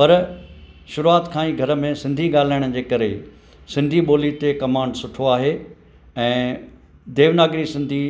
पर शुरूआत खां ई घर में सिंधी ॻाल्हाइण जे करे सिंधी ॿोली ते कमांड सुठो आहे ऐं देवनागरी सिंधी